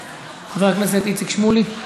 חבר הכנסת עבד אל חכים חאג' יחיא.